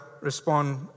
respond